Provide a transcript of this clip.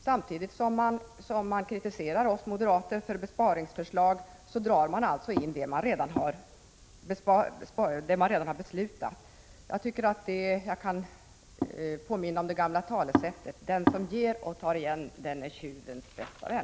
Samtidigt som socialdemokraterna kritiserar oss moderater för våra besparingsförslag drar man alltså in medel som redan har beslutats, och som kommunerna räknat med. Jag vill påminna om följande gamla talesätt: Den som ger och tar igen, den är tjuvens bästa vän.